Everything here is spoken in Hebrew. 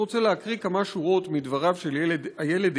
אני רוצה להקריא כמה שורות מדבריו של הילד